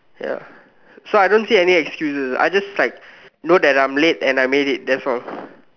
ya so I don't see any excuses I just like know that I am late and I made it that's all